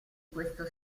questo